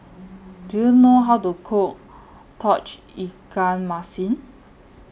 Do YOU know How to Cook Tauge Ikan Masin